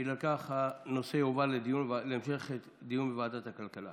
לפיכך הנושא יועבר להמשך דיון בוועדת הכלכלה.